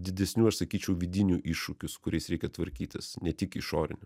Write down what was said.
didesnių aš sakyčiau vidinių iššūkių su kuriais reikia tvarkytis ne tik išorinių